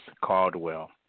Caldwell